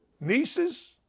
nieces